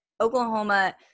Oklahoma